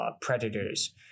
predators